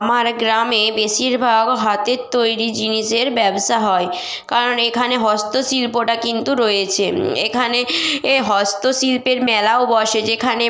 আমার গ্রামে বেশিরভাগ হাতের তৈরি জিনিসের ব্যবসা হয় কারণ এখানে হস্তশিল্পটা কিন্তু রয়েছে এখানে এ হস্তশিল্পের মেলাও বসে যেখানে